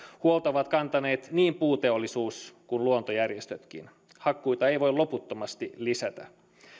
huolta ovat kantaneet niin puuteollisuus kuin luontojärjestötkin hakkuita ei voi loputtomasti lisätä